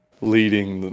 leading